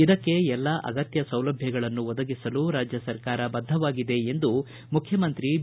ಇದಕ್ಕೆ ಎಲ್ಲಾ ಅಗತ್ತ ಸೌಲಭ್ಯಗಳನ್ನು ಒದಗಿಸಲು ರಾಜ್ಯ ಸರ್ಕಾರ ಬದ್ದವಾಗಿದೆ ಎಂದು ಮುಖ್ಯಮಂತ್ರಿ ಬಿ